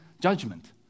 judgment